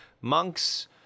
monks